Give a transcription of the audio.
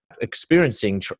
experiencing